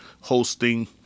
hosting